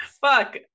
Fuck